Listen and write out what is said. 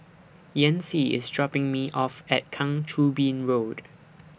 Yancy IS dropping Me off At Kang Choo Bin Road